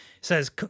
says